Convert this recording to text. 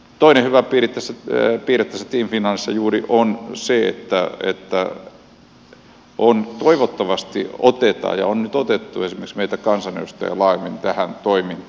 toinen hyvä piirre tässä team finlandissa juuri on se että toivottavasti otetaan ja on nyt otettu esimerkiksi meitä kansanedustajia laajemmin tähän toimintaan mukaan